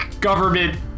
government